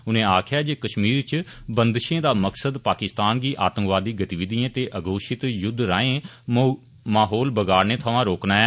उनें आक्खेआ जे कष्मीर च बंदषें दा मकसद पाकिस्तान गी आंतकवादी गतिविधिएं ते अघोशित युद्ध राएं माहौल बगाड़ने थमां रोकना ऐ